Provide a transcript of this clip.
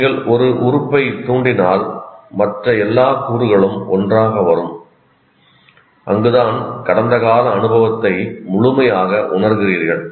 நீங்கள் ஒரு உறுப்பைத் தூண்டினால் மற்ற எல்லா கூறுகளும் ஒன்றாக வரும் அங்குதான் கடந்த கால அனுபவத்தை முழுமையாக உணர்கிறீர்கள்